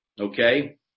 Okay